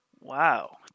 Wow